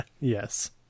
Yes